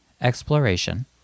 Exploration